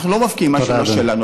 אנחנו לא מפקיעים מה שלא שלנו,